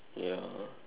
ya